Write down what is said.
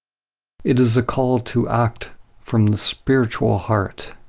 it is a call to act from the spiritual heart.